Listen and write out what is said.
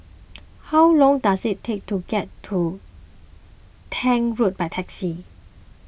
how long does it take to get to Tank Road by taxi